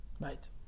Right